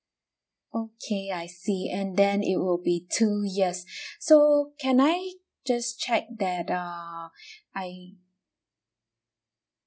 okay I see and then it would be two years so can I just check that err I